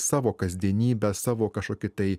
savo kasdienybę savo kažkokį tai